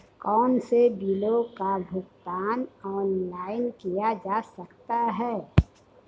कौनसे बिलों का भुगतान ऑनलाइन किया जा सकता है?